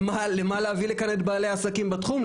למה להביא לכאן את בעלי העסקים בתחום?